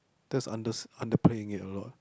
that's under underplaying it a lot